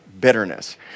bitterness